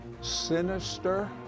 sinister